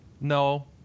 No